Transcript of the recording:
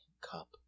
cup